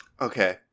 Okay